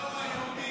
גם הטרור היהודי.